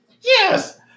Yes